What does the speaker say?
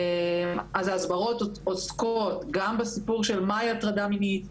אז ההסברות עוסקות גם בסיפור של מה היא הטרדה מינית,